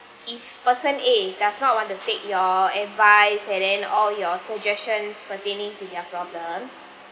if person A does not want to take your advice and then all your suggestions pertaining to their problems